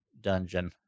dungeon